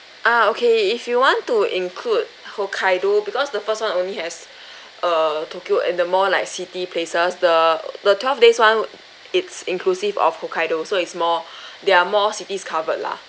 ah okay if you want to include hokkaido because the first [one] only has err tokyo and the more like city places the the twelve days [one] it's inclusive of hokkaido so it's more there are more cities covered lah